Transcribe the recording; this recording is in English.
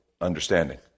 understanding